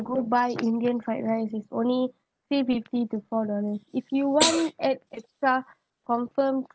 go buy indian fried rice it's only three fifty to four dollar if you want add extra confirm